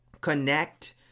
connect